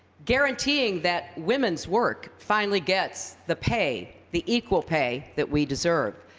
guaranteeing that women's work finally gets the pay, the equal pay that we deserve.